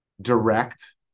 direct